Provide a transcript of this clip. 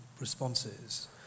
responses